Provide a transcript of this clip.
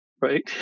right